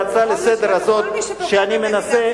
ההצעה הזאת לסדר-היום, שאני מנסה,